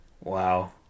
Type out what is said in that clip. Wow